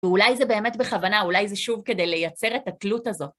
ואולי זה באמת בכוונה, אולי זה שוב כדי לייצר את הקלות הזאת.